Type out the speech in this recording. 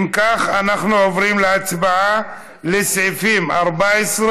אם כך, אנחנו עוברים להצבעה על סעיף 14